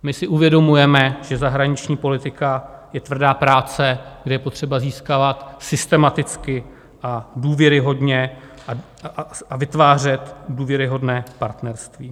My si uvědomujeme, že zahraniční politika je tvrdá práce, kde je potřeba získávat systematicky a důvěryhodně a vytvářet důvěryhodné partnerství.